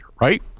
right